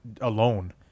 alone